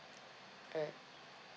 alright